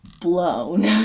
blown